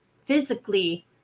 physically